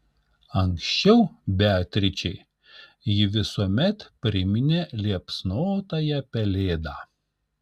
anksčiau beatričei ji visuomet priminė liepsnotąją pelėdą